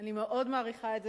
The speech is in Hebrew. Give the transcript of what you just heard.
אני מאוד מעריכה את זה,